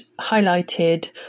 highlighted